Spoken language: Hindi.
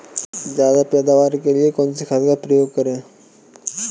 ज्यादा पैदावार के लिए कौन सी खाद का प्रयोग करें?